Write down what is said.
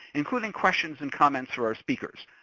including questions and comments for our speakers.